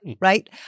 right